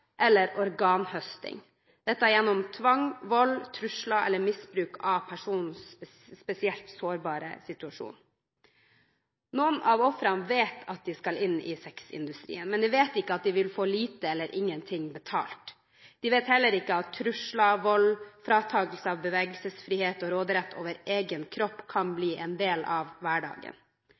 eller organhøsting – dette gjennom tvang, vold, trusler eller misbruk av personens spesielt sårbare situasjon. Noen av ofrene vet at de skal inn i sexindustrien, men de vet ikke at de vil få lite eller ingenting betalt. De vet heller ikke at trusler, vold eller fratakelse av bevegelsesfrihet eller råderett over egen kropp kan bli en del av hverdagen.